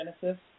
Genesis